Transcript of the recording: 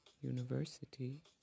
University